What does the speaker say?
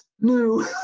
new